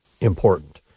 important